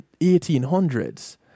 1800s